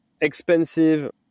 expensive